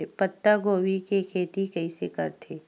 पत्तागोभी के खेती कइसे करथे?